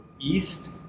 east